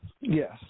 Yes